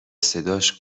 صداش